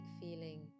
feeling